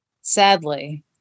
sadly